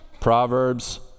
Proverbs